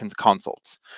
consults